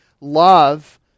love